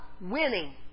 winning